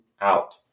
out